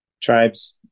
tribes